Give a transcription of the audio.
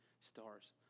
stars